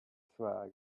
swag